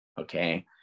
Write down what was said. Okay